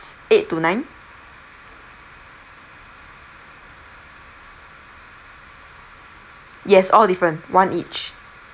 eight to nine yes all different one each